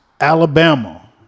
Alabama